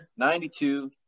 92